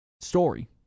story